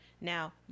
now